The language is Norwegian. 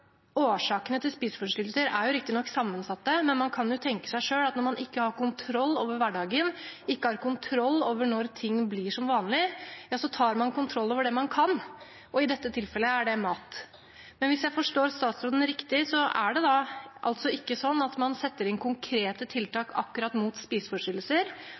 Årsakene til spiseforstyrrelser er riktignok sammensatte, men man kan jo tenke seg selv at når man ikke har kontroll over hverdagen, ikke har kontroll over når ting blir som vanlig, ja, så tar man kontroll over det man kan, og i dette tilfellet er det mat. Men hvis jeg forstår statsråden riktig, er det altså ikke slik at man setter inn konkrete tiltak akkurat mot spiseforstyrrelser.